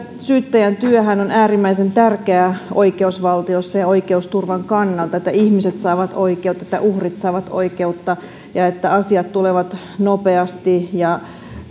syyttäjän työhän on äärimmäisen tärkeää oikeusvaltiossa ja oikeusturvan kannalta että ihmiset saavat oikeutta että uhrit saavat oikeutta ja että asiat tulevat nopeasti ja